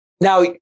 Now